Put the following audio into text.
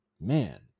man